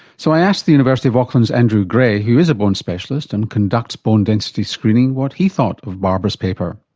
so i asked the university of auckland's andrew grey, who is a bone specialist and conducts bone density screening, what he thought of barbara's paper?